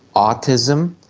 autism,